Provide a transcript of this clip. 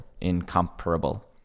incomparable